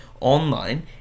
online